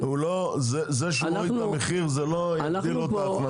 זה שהוא הוריד את המחיר לא יגדיל לו את ההכנסות.